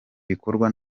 bikorwa